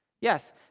Yes